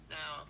Now